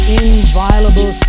inviolable